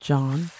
John